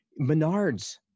menards